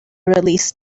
release